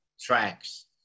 tracks